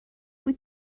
wyt